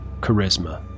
charisma